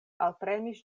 alpremis